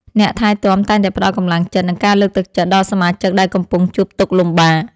អ្នកថែទាំតែងតែផ្តល់កម្លាំងចិត្ត និងការលើកទឹកចិត្តដល់សមាជិកដែលកំពុងជួបទុក្ខលំបាក។